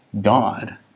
God